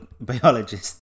biologist